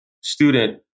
student